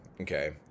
okay